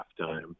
halftime